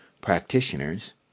practitioners